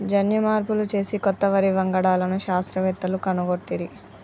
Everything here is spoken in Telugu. జన్యు మార్పులు చేసి కొత్త వరి వంగడాలను శాస్త్రవేత్తలు కనుగొట్టిరి